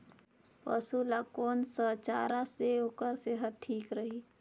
पशु ला कोन स चारा से ओकर सेहत ठीक रही?